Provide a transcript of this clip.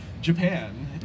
Japan